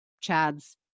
chad's